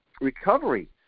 recovery